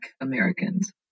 Americans